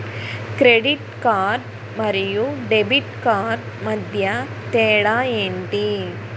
Credit card మరియు debit card మధ్య తేడా ఎంటి?